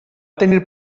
tenir